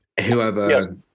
whoever